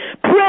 Pray